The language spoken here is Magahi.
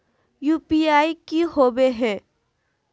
यू.पी.आई की होवे है?